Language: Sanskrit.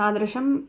तादृशम्